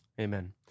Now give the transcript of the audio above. Amen